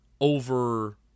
over